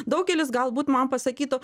daugelis galbūt man pasakytų